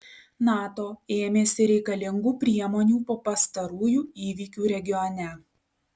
nato ėmėsi reikalingų priemonių po pastarųjų įvykių regione